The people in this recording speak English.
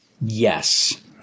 Yes